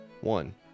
One